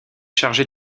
chargé